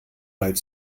bald